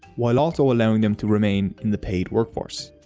while ah so allowing them to remain in the paid workforce.